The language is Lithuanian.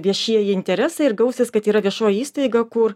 viešieji interesai ir gausis kad yra viešoji įstaiga kur